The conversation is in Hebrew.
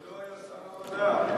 כבודו היה שר המדע.